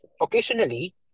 Occasionally